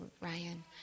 Ryan